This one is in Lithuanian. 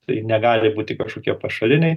tai negali būti kažkokie pašaliniai